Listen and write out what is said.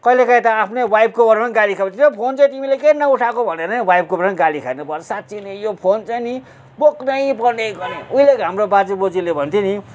कहिले कहीँ त आफ्नै वाइफकोबाट पनि गाली खानुपर्छ त्यो फोन चाहिँ तिमीले किन नउठाको भनेर नि वाइफकोबाट पनि गाली खानु पर्छ साँच्ची नै यो फोन चाहिँ नि बोक्नै पर्ने पर्ने उहिलेको हाम्रो बाजे बोजूले भन्थ्यो नि